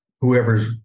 whoever's